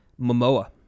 Momoa